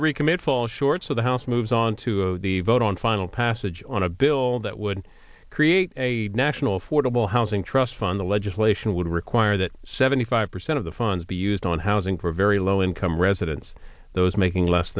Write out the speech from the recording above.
to recommit fall short so the house moves on to the vote on final passage on a bill that would create a national affordable housing trust fund the legislation would require that seventy five percent of the funds be used on housing for very low income residents those making less